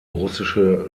russische